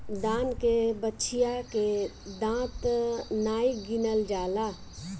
दान के बछिया के दांत नाइ गिनल जाला